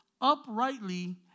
uprightly